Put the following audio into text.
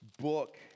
book